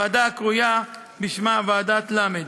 ועדה הקרויה ועדת למ"ד.